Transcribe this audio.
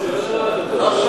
את לא שמעת אותו.